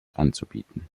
anzubieten